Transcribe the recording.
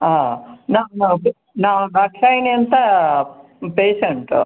ಹಾಂ ನಾ ದಾಕ್ಷಾಯಣಿ ಅಂತಾ ಪೇಶಂಟು